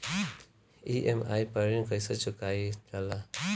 EMI पर ऋण कईसे चुकाईल जाला?